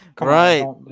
Right